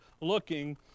looking